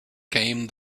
came